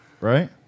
Right